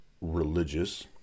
religious